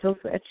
Switch